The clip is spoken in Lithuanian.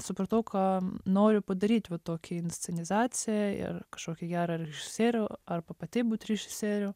supratau ką noriu padaryt va tokį inscenizaciją ir kažkokį gerą režisierių arba pati būt režisierių